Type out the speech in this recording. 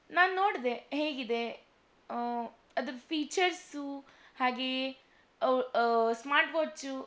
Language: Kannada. ನಾನು ನೋಡ್ದೆ ಹೇಗಿದೆ ಅದ್ರ ಫೀಚರ್ಸು ಹಾಗೆಯೇ ಸ್ಮಾರ್ಟ್ ವಾಚು